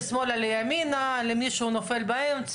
בדרך כלל כשמציינים גיל בדרך כלל מכוונים,